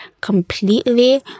completely